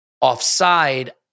offside